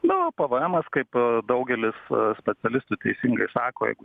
nu o pvemas kaip daugelis specialistų teisingai sako jeigu ten